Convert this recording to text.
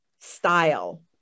style